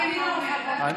הליכוד, מה ימינה אומרת?